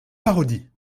parodie